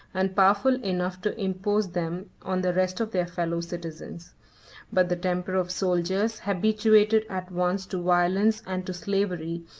and powerful enough to impose them on the rest of their fellow-citizens but the temper of soldiers, habituated at once to violence and to slavery,